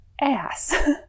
ass